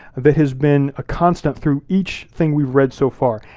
that has been a constant through each thing we've read so far.